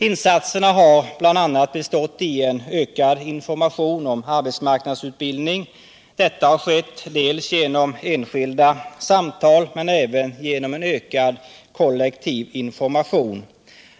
Insatserna har bl.a. bestått i en ökad information om arbetsmarknadsutbildning. Detta har skett genom enskilda samtal men även genom en ökad kollektiv information.